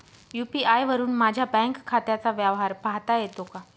UPI वरुन माझ्या bank खात्याचा व्यवहार पाहता येतो का?